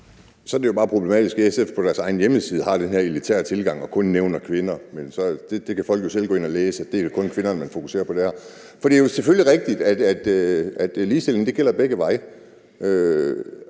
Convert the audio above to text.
Så er det jo bare problematisk, at SF på deres egen hjemmeside har den her elitære tilgang og kun nævner kvinder, men det kan folk jo selv gå ind og læse, altså at det kun er kvinder, man fokuserer på der. For det er selvfølgelig rigtigt, at ligestilling gælder begge veje.